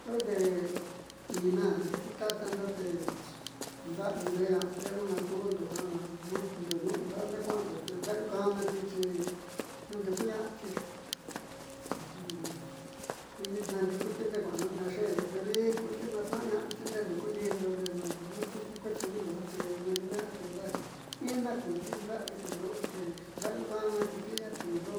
Kueende ina titaatando te nda'ayuundeena'ati te nuja kuundo a ndoonu'undo a naa kua'ando ten da'ayuukaanatixi naandiuu kuna'ati naantiukuti nde'e kua'ando naaxe'endo te vi kuuti naatnaaña'ati ndee kuundiindo dee dua'a ku vilu tedi naandiuukuna'ati kodejadi ina kuti tinda'avi ti ndaáyuukanati ki atiundo